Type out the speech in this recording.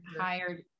hired